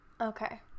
Okay